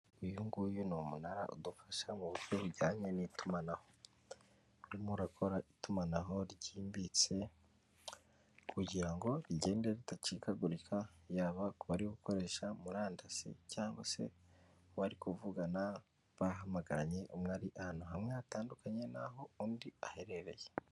Uyu nguyu ni umunara udufasha mu buryo bujyanye n'itumanaho. Urimo urakora itumanaho ryimbitse kugira ngo rigende ridacikagurika yaba kubari gukoresha murandasi, cyangwa se bari kuvugana bahamagaranye, umwe ari ahantu hamwe hatandukanye n'aho undi aherereye.